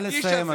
נא לסיים,